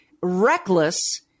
reckless